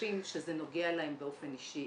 אנשים אל המרצה, שזה נוגע להם באופן אישי